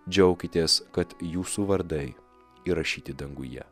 džiaukitės kad jūsų vardai įrašyti danguje